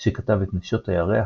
– שכתב את "נשות הירח",